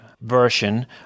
version